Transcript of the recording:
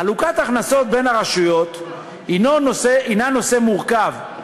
חלוקת הכנסות בין הרשויות היא נושא מורכב,